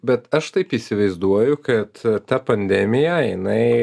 bet aš taip įsivaizduoju kad ta pandemija jinai